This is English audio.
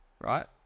right